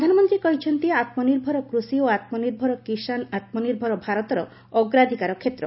ପ୍ରଧାନମନ୍ତ୍ରୀ କହିଛନ୍ତି ଆତ୍ମନିର୍ଭର କୃଷି ଓ ଆତ୍ମନିର୍ଭର କିଷାନ ଆତ୍ମନିର୍ଭର ଭାରତର ଅଗ୍ରାଧିକାର କ୍ଷେତ୍ର